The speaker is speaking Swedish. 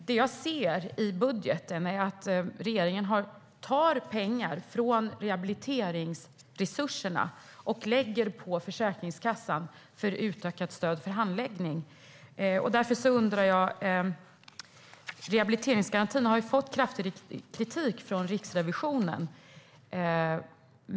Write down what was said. Det jag ser i budgeten är att regeringen tar pengar från rehabiliteringsresurserna och lägger dem på Försäkringskassan för utökat stöd till handläggning. Därför har jag en fråga. Rehabiliteringsgarantin har fått kraftig kritik från Riksrevisionen.